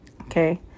okay